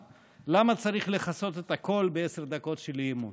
למה צריך לכסות את הכול בעשר דקות של אי-אמון?